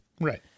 Right